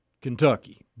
Kentucky